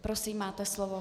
Prosím, máte slovo.